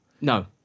no